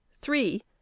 three